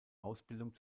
ausbildung